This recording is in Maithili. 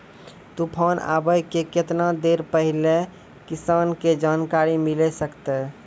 तूफान आबय के केतना देर पहिले किसान के जानकारी मिले सकते?